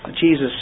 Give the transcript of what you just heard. Jesus